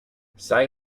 zij